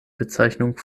bezeichnung